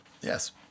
Yes